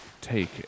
take